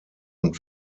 und